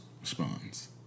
responds